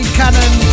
cannon